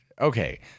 okay